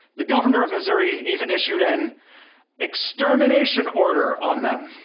the governor of missouri even issued an extermination order on them.